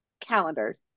calendars